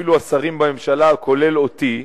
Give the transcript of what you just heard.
אפילו השרים בממשלה, כולל אותי,